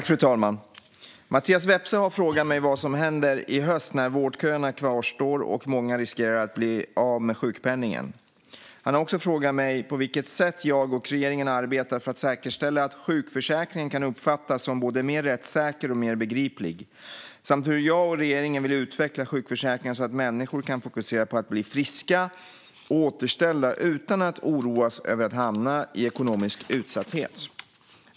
Fru talman! har frågat mig vad som händer i höst när vårdköerna kvarstår och många riskerar att bli av med sjukpenningen. Han har också frågat mig på vilket sätt jag och regeringen arbetar för att säkerställa att sjukförsäkringen kan uppfattas som både mer rättssäker och mer begriplig, samt hur jag och regeringen vill utveckla sjukförsäkringen så att människor kan fokusera på att bli friska och återställda utan att oroas över att hamna i ekonomisk utsatthet.